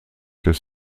des